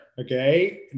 okay